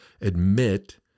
admit